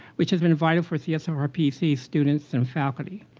which has been vital for csrpc students and faculty.